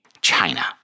China